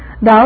Thou